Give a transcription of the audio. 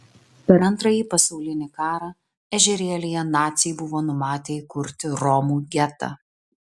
per antrąjį pasaulinį karą ežerėlyje naciai buvo numatę įkurti romų getą